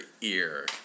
ear